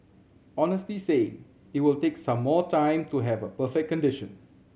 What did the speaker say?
honestly saying it will take some more time to have a perfect condition